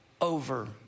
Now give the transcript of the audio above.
over